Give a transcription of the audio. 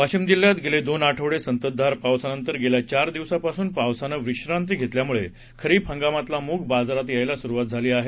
वाशिम जिल्ह्यात गेले दोन आठवडे संततधार पावसा नंतर गेल्या चार दिवसापासून पावसानं विश्रांती घेतल्यामुळे खरीप हंगामातला मुग बाजारात यायला सुरुवात झाली आहे